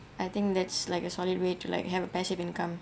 I think that's like a solid way like have a passive income